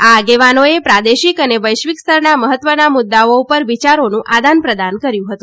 આ આગેવાનોએ પ્રાદેશિક અને વૈશ્વિકસ્તરના મહત્વના મુદ્દાઓ પર વિચારોનું આદાન પ્રદાન કર્યું હતું